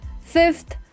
Fifth